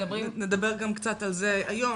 נדבר היום גם קצת על זה.